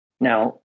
Now